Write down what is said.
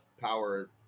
power